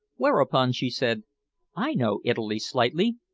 whereupon she said i know italy slightly.